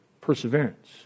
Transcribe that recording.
perseverance